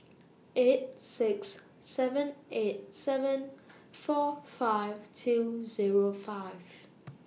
eight six seven eight seven four five two Zero five